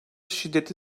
şiddeti